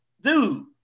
dude